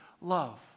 love